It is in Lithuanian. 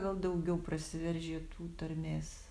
gal daugiau prasiveržia tų tarmės